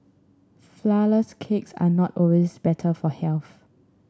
flourless cakes are not always better for health